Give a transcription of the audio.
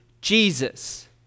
Jesus